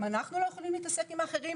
גם אנחנו לא יכולים להתעסק עם תאונות אחרות.